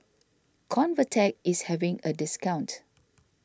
Convatec is having a discount